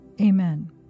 Amen